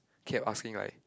kept asking like